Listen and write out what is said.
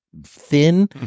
thin